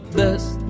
best